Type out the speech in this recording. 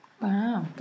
Wow